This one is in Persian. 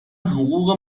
حقوق